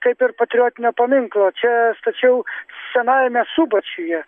kaip ir patriotinio paminklo čia stačiau senajame subačiuje